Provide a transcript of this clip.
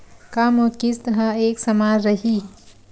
का मोर किस्त ह एक समान रही?